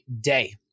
day